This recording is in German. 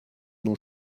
nur